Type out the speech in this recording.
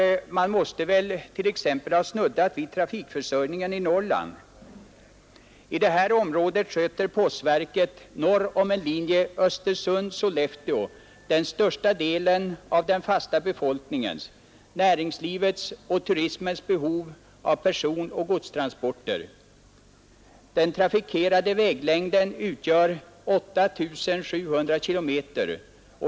Man måste väl t.ex. ha snuddat vid = trafikförsörjningen i Norrland. I detta område «sköter postverket norr om en linje Östersund—Sollefteå den största delen av den fasta befolkningens, näringslivets och turismens behov av personoch godstransporter. Den trafikerade väglängden utgör 8 700 kilometer.